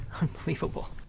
unbelievable